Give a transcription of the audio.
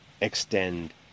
extend